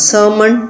Sermon